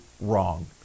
wrong